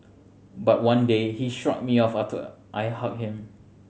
but one day he shrugged me off after I hugged him